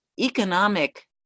economic